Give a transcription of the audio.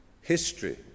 History